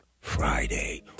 Friday